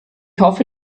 hoffe